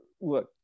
look